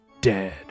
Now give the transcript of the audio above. dead